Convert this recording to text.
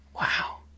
Wow